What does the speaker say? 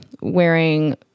wearing